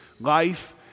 life